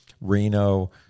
Reno